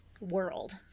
world